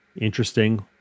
interesting